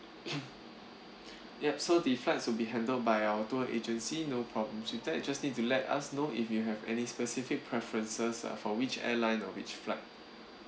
yup so the flights will be handled by our tour agency no problems with that you just need to let us know if you have any specific preferences uh for which airline or which flight